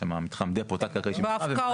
יש שם מתחם דיפו תת קרקעי שיופעל.